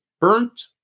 burnt